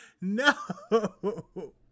No